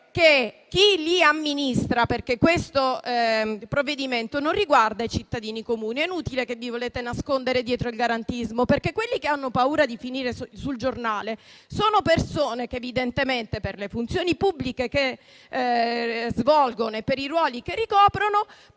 chi li amministra. Questo provvedimento, infatti, non riguarda i cittadini comuni. È inutile che vi vogliate nascondere dietro il garantismo, perché quelle che hanno paura di finire sul giornale sono persone che, evidentemente, per le funzioni pubbliche che svolgono e per i ruoli che ricoprono, possono avere un